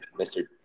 Mr